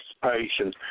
participation